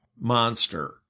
monster